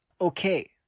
Okay